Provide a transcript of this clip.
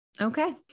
Okay